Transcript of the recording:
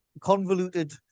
convoluted